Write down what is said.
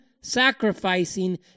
sacrificing